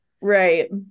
right